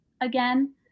again